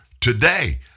Today